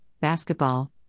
basketball